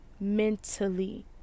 mentally